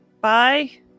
Bye